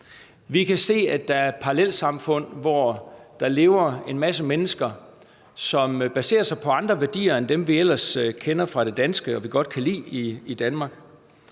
Vi kan se, at der er parallelsamfund, hvor der lever en masse mennesker, som baserer deres liv på andre værdier end dem, vi ellers kender fra det danske samfund, og som vi godt kan lide i Danmark.